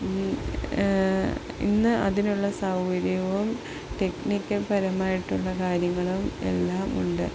ഇന്ന് അതിനുള്ള സൗകര്യവും ടെക്നിക്കൽ പരമായിട്ടുള്ള കാര്യങ്ങളും എല്ലാമുണ്ട്